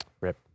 rip